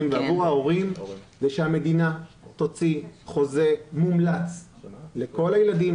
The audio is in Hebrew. וההורים הוא שהמדינה תוציא חוזה מומלץ לכל הילדים,